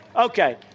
Okay